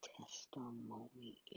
testimony